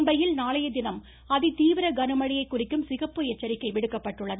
மும்பையில் நாளைய தினம் அதிதீவிர கனமழையை குறிக்கும் சிகப்பு எச்சரிக்கை விடுக்கப்பட்டுள்ளது